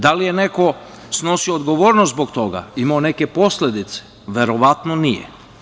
Da li je neko snosio odgovornost zbog toga, imao neke posledice, verovatno nije.